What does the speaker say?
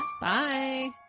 Bye